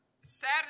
Saturday